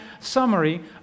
summary